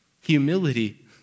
Humility